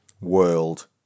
world